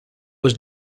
was